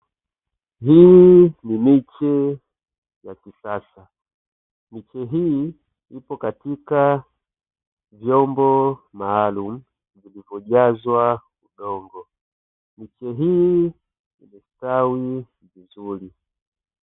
Hii ni miche ya kisasa, miche hii ipo katika vyombo maalumu vilivyojazwa udongo, miche hii imestawi vizuri.